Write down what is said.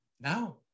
Now